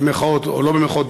במירכאות או שלא במירכאות,